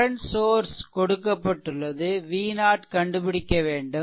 current source கொடுக்கப்பட்டுள்ளது v0 கண்டுபிடிக்க வேண்டும்